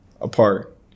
apart